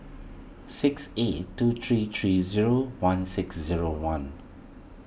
six eight two three three zero one six zero one